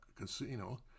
casino